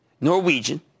Norwegian